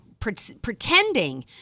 pretending